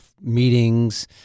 meetings